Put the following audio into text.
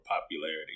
popularity